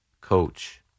coach